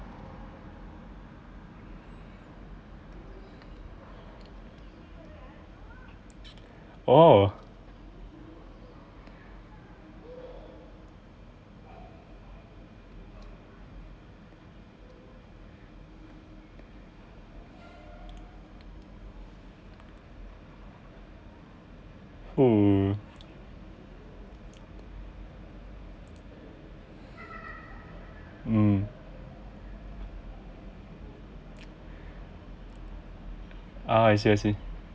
oh oh mm ah I see I see